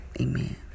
amen